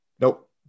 nope